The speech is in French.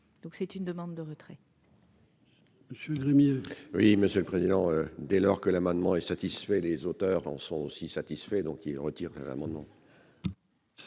donc c'est une demande de retrait.